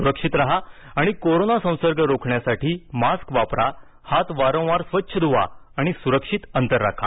सुरक्षित राहा आणि कोरोना संसर्ग रोखण्यासाठी मास्क वापरा हात वारंवार स्वच्छ धुवा आणि सुरक्षित अंतर राखा